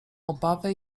obawę